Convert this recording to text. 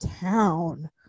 town